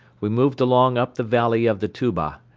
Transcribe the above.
we moved along up the valley of the tuba.